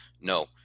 No